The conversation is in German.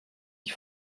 die